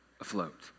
afloat